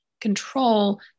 control